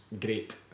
great